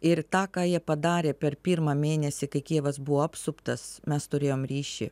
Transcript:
ir tą ką jie padarė per pirmą mėnesį kai kijevas buvo apsuptas mes turėjom ryšį